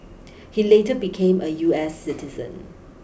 he later became a U S citizen